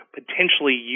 potentially